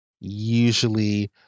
usually